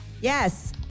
Yes